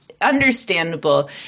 understandable